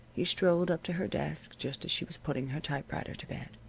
he, strolled up to her desk, just as she was putting her typewriter to bed.